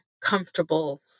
comfortable